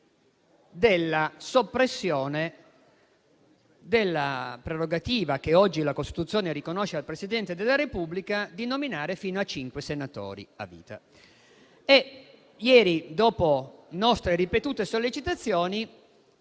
della soppressione della prerogativa, che oggi la Costituzione riconosce al Presidente della Repubblica, di nominare fino a cinque senatori a vita. Ieri, dopo nostre ripetute sollecitazioni,